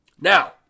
Now